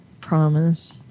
promise